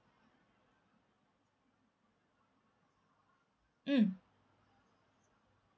mm